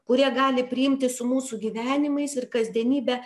kurie gali priimti su mūsų gyvenimais ir kasdienybe